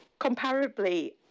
comparably